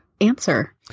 answer